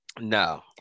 No